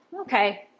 Okay